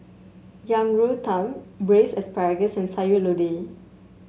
Yang Rou Tang braise asparagus and Sayur Lodeh